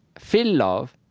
feel love,